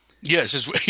Yes